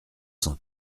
cent